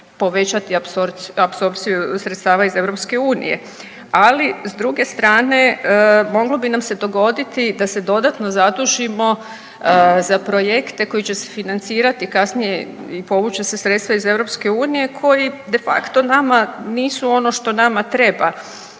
povećati apsorpciju sredstava iz EU, ali s druge strane moglo bi nam se dogoditi da se dodatno zadužimo za projekte koji će se financirati kasnije i povući će se sredstva iz EU koji de facto nama nisu ono što nama treba.